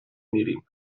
میریم